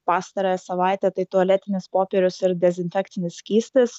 pastarąją savaitę tai tualetinis popierius ir dezinfekcinis skystis